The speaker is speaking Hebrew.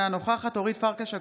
אינה נוכחת אורית פרקש הכהן,